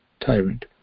tyrant